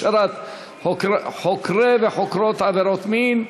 הכשרת חוקרי וחוקרות עבירות מין,